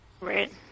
Right